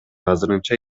азырынча